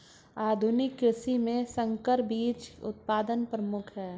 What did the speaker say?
आधुनिक कृषि में संकर बीज उत्पादन प्रमुख है